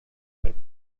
light